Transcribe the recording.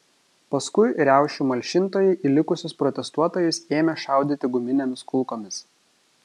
paskui riaušių malšintojai į likusius protestuotojus ėmė šaudyti guminėmis kulkomis